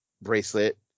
bracelet